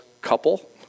couple